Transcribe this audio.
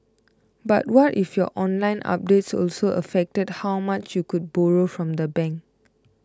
but what if your online updates also affected how much you could borrow from the bank